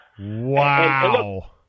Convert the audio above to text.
Wow